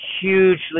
hugely